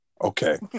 Okay